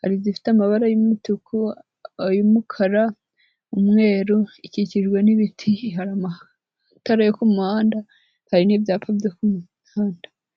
hari izifite amabara y'umutuku, ay'umukara, umweru ikikijwe n'ibiti, hari amatara yo ku muhanda, hari n'ibyapa byo ku muhanda.